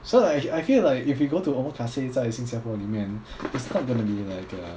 so like I feel like if you go to omakase 在新加坡里面 it's not gonna be like uh